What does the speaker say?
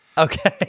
okay